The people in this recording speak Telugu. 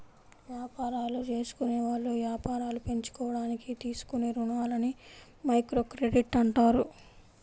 యాపారాలు జేసుకునేవాళ్ళు యాపారాలు పెంచుకోడానికి తీసుకునే రుణాలని మైక్రోక్రెడిట్ అంటారు